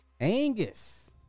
Angus